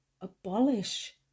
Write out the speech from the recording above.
abolish